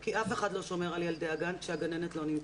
כי אף אחד לא שומר על ילדי הגן כשהגננת לא נמצאת.